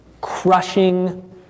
crushing